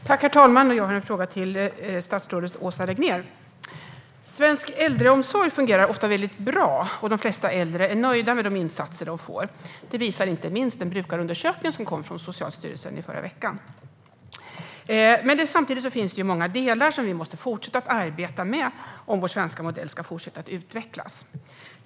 Herr talman! Jag har en fråga till statsrådet Åsa Regnér. Svensk äldreomsorg fungerar ofta mycket bra, och de flesta äldre är nöjda med de insatser de får. Det visar inte minst den brukarundersökning som kom från Socialstyrelsen i förra veckan. Samtidigt finns det många delar som vi måste fortsätta att arbeta med om vår svenska modell ska fortsätta att utvecklas.